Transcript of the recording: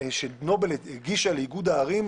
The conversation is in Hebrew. האסדה עצמה היא שטח מבודד כשלעצמו.